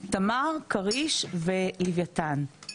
תמר כריש ולוויתן.